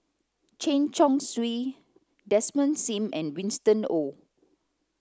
Chen Chong Swee Desmond Sim and Winston Oh